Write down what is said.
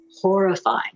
horrifying